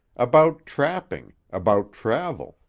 about trapping, about travel,